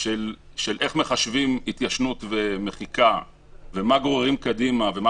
של איך מחשבים התיישנות ומחיקה ומה גוררים קדימה ומה